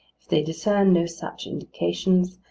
if they discern no such indications,